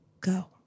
go